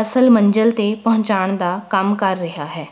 ਅਸਲ ਮੰਜ਼ਿਲ 'ਤੇ ਪਹੁੰਚਾਉਣ ਦਾ ਕੰਮ ਕਰ ਰਿਹਾ ਹੈ